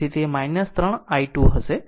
તેથી તે 3 i2 હશે